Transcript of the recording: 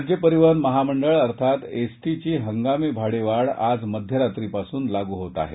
राज्य परिवहन महामंडळ अर्थात एसटीची हंगामी भाडेवाढ आज मध्यरात्रीपासून लागू होत आहे